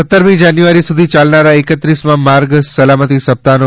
સત્તરમી જાન્યુઆરી સુધી ચાલનારા એકત્રીસમાં માર્ગ સલામતી સપ્તાહનો